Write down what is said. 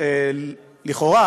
לכאורה,